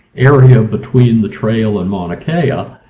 area between the trail and mauna kea, ah